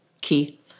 key